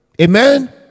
amen